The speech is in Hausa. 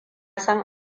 san